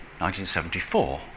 1974